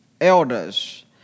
elders